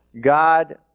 God